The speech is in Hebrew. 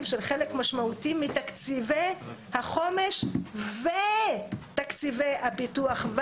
של חלק משמעותי מתקציבי החומש ותקציבי הפיתוח,